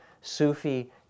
Sufi